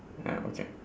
ya okay